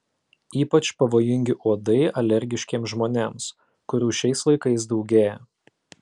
ypač pavojingi uodai alergiškiems žmonėms kurių šiais laikais daugėja